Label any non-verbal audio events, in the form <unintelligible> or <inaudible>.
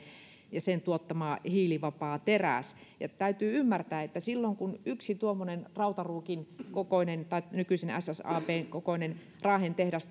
ja sen tuottama hiilivapaa teräs täytyy ymmärtää että silloin kun yksi tuommoinen rautaruukin kokoinen tai nykyisin ssabn kokoinen raahen tehdas <unintelligible>